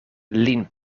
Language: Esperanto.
lin